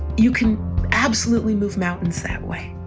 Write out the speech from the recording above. you can absolutely move mountains that way